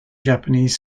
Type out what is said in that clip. japanese